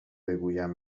بگویم